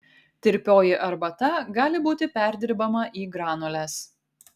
tirpioji arbata gali būti perdirbama į granules